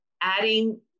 adding